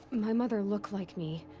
my mother look like me.